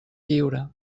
lliure